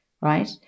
Right